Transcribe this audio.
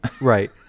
Right